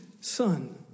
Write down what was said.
son